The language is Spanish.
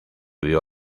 vio